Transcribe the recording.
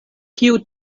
kiu